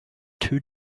two